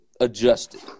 adjusted